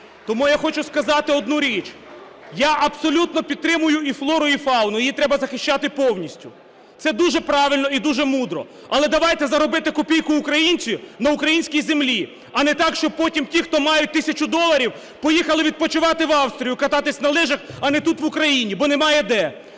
Тому я хочу сказати одну річ, я абсолютно підтримую і флору, і фауну, її треба захищати повністю – це дуже правильно і дуже мудро. Але давайте заробити копійку українцю на українській землі, а не так, щоб потім ті, хто мають тисячу доларів поїхали відпочивати в Австрію і кататись на лижах, а не тут в Україні, бо немає де.